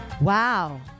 Wow